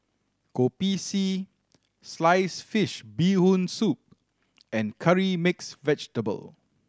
Kopi C sliced fish Bee Hoon Soup and Curry Mixed Vegetable